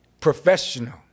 professional